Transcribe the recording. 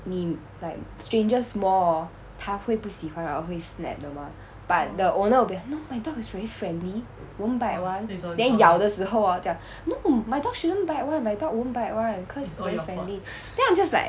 mean like strangers more orh 它会不喜欢然后会 hui bu xi huan ran hou hui snap 的 mah but the owner will be like no my dog is very friendly won't bite [one] then 咬的时候啊讲 de shi hou a jiang no my dog shouldn't bite [one] my dog won't bite [one] cause very friendly then I'm just like